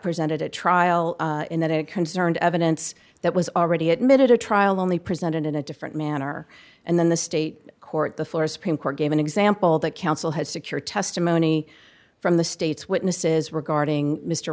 presented at trial in that it concerned evidence that was already admitted to trial only presented in a different manner and then the state court the florida supreme court gave an example that counsel had secured testimony from the state's witnesses regarding mr